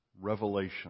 Revelation